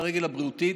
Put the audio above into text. הרגל הבריאותית,